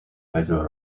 pedro